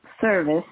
service